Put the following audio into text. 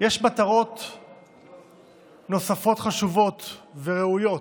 יש מטרות נוספות, חשובות וראויות,